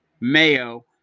Mayo